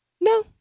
No